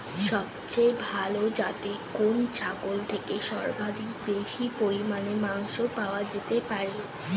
সবচেয়ে ভালো যাতে কোন ছাগল থেকে সর্বাধিক বেশি পরিমাণে মাংস পাওয়া যেতে পারে?